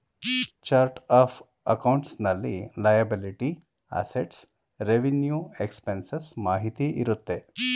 chart of accounts ನಲ್ಲಿ liability, assets, revenue expenses ಮಾಹಿತಿ ಇರುತ್ತೆ